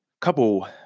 couple